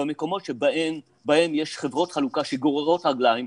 שבמקומות שבהם יש חברות חלוקה שגוררות רגליים,